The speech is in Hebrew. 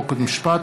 חוק ומשפט,